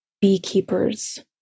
beekeepers